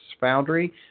Foundry